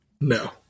No